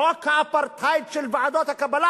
חוק האפרטהייד של ועדות הקבלה,